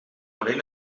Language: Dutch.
alleen